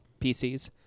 PCs